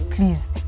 Please